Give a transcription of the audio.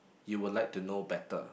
you will like to know better